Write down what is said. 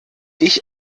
ich